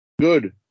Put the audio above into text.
good